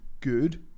good